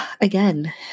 again